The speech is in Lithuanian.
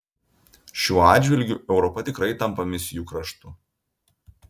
šiuo atžvilgiu europa tikrai tampa misijų kraštu